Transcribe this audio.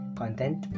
content